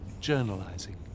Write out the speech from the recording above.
journalizing